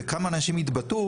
וכמה אנשים התבטאו,